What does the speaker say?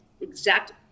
exact